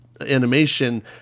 animation